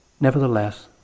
Nevertheless